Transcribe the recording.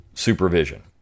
supervision